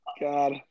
God